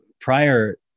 prior